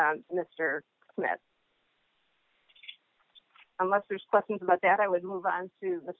mr smith unless there's questions about that i would move on to the